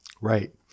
Right